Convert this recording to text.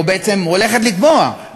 או בעצם הולכת לקבוע,